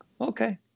Okay